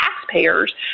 taxpayers